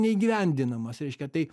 neįgyvendinamas reiškia tai